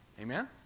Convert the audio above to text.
Amen